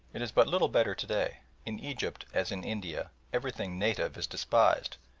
it is but little better to-day. in egypt, as in india, everything native is despised,